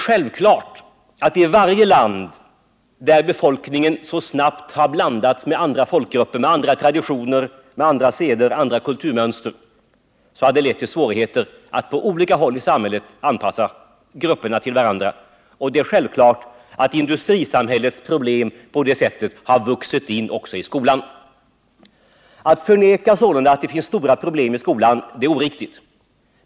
Givetvis har det i varje land där befolkningen så snabbt har blandats med andra folkgrupper, andra traditioner, andra seder och andra kulturmönster, uppstått svårigheter att anpassa grupperna till varandra. Självfallet har industrisamhällets problem på det sättet också vuxit in i skolan. Att sålunda förneka att det finns stora problem i skolan är oriktigt.